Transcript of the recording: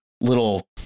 little